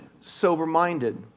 sober-minded